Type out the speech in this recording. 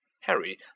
Harry